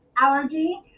allergy